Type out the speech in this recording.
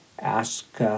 ask